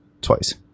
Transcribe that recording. twice